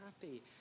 happy